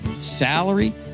salary